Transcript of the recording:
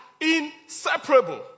inseparable